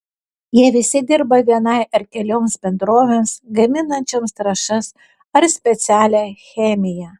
jie visi dirba vienai ar kelioms bendrovėms gaminančioms trąšas ar specialią chemiją